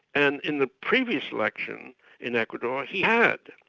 and in the previous election in ecuador, he had.